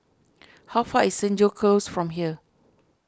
how far is Senja Close from here